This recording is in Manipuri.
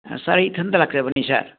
ꯁꯥꯔ ꯑꯩ ꯏꯊꯟꯇ ꯂꯥꯛꯆꯕꯅꯤ ꯁꯥꯔ